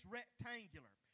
rectangular